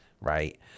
Right